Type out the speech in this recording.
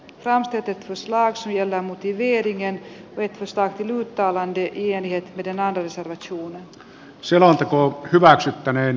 ramstedtin kasvaa siellä mutivietinkään metsästää mittaavan tyhjenee tänään reservit suomen selonteko hyväksyttäneen